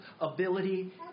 ability